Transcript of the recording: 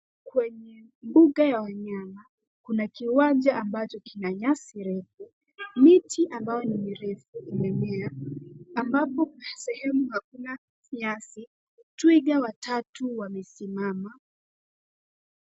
Kwenye mbugua ya wanyama kuna kiwanja ambacho kina nyasi refu. Mitinambayo ni refu imemea ambapo sehemu akuna nyasi twiga watatu wamesimama.